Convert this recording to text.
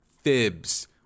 Fibs